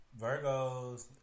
Virgos